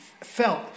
felt